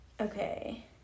Okay